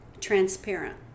transparent